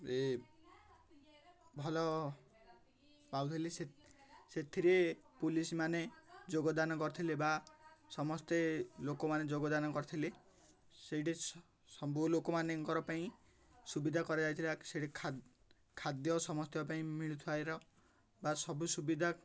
ଏ ଭଲ ପାଉଥିଲେ ସେ ସେଥିରେ ପୁଲିସମାନେ ଯୋଗଦାନ କରିଥିଲେ ବା ସମସ୍ତେ ଲୋକମାନେ ଯୋଗଦାନ କରିଥିଲେ ସେଇଠି ସବୁ ଲୋକମାନଙ୍କର ପାଇଁ ସୁବିଧା କରାଯାଇଥିଲା ସେଠି ଖା ଖାଦ୍ୟ ସମସ୍ତିଙ୍କ ପାଇଁ ମିଳିୁଥିବାର ବା ସବୁ ସୁବିଧା